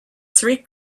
three